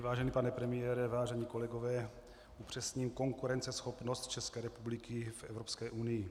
Vážený pane premiére, vážení kolegové, upřesním konkurenceschopnost České republiky v Evropské unii.